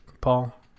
Paul